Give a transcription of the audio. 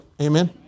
Amen